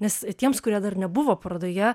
nes tiems kurie dar nebuvo parodoje